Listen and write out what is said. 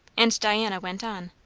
and diana went on.